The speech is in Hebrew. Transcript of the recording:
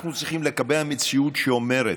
אנחנו צריכים לקבע מציאות האומרת: